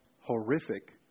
horrific